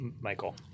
Michael